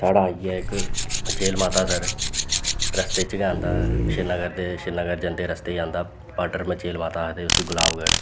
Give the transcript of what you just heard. साढ़ा इ'यै इक मचेल माता सर रस्ते च गै आंदा ऐ श्रीनगर ते श्रीनगर जंदे रस्ते च आंदा पाडर मचेल माता आखदे उसी गुलाबगढ़